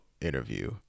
interview